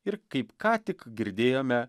ir kaip ką tik girdėjome